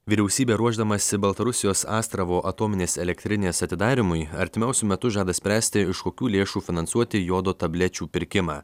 vyriausybė ruošdamasi baltarusijos astravo atominės elektrinės atidarymui artimiausiu metu žada spręsti iš kokių lėšų finansuoti jodo tablečių pirkimą